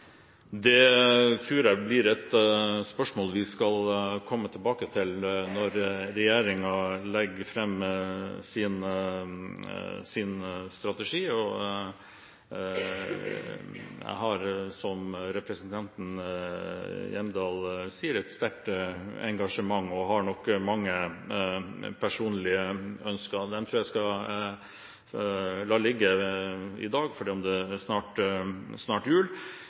Det tror jeg blir et spørsmål vi skal komme tilbake til når regjeringen legger fram sin strategi. Jeg har, som representanten Hjemdal sier, et sterkt engasjement og har nok mange personlige ønsker. Jeg tror jeg skal la det ligge i dag selv om det snart er jul.